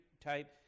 type